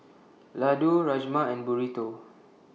Ladoo Rajma and Burrito